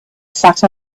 sat